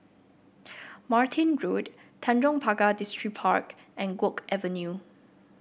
Martin Road Tanjong Pagar Distripark and Guok Avenue